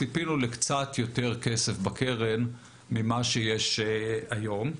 ציפינו לקצת יותר כסף בקרן ממה שיש היום.